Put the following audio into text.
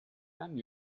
anni